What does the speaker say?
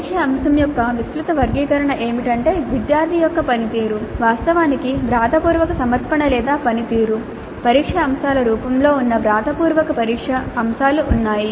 పరీక్షా అంశం యొక్క విస్తృత వర్గీకరణ ఏమిటంటే విద్యార్థి యొక్క పనితీరు వాస్తవానికి వ్రాతపూర్వక సమర్పణ లేదా పనితీరు పరీక్ష అంశాల రూపంలో ఉన్న వ్రాతపూర్వక పరీక్ష అంశాలు ఉన్నాయి